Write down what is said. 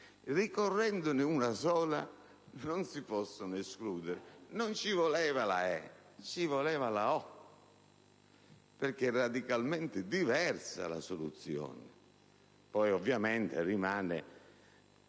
Ricorrendone una sola, non si possono escludere. Non ci voleva la congiunzione "e" ma "o", perché radicalmente diversa è la soluzione. Poi ovviamente rimane